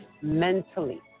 mentally